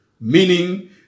meaning